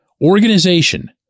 organization